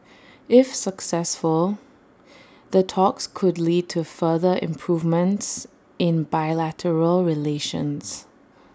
if successful the talks could lead to further improvements in bilateral relations